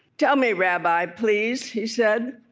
tell me, rabbi, please he said,